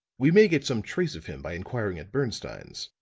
we may get some trace of him by inquiring at bernstine's.